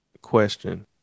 question